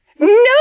No